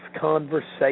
conversation